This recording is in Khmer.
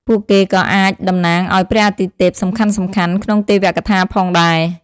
ពួកគេក៏អាចតំណាងឱ្យព្រះអាទិទេពសំខាន់ៗក្នុងទេវកថាផងដែរ។